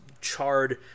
charred